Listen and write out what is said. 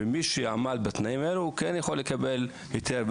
ומי שעמד בתנאים האלו הוא כן יכול לקבל היתר,